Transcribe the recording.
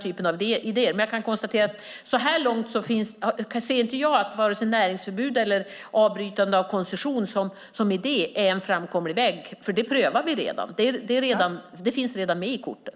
Men jag kan konstatera att jag så här långt inte ser att vare sig näringsförbud eller avbrytande av koncession som idé är en framkomlig väg, för det prövar vi redan. Det finns redan med i korten.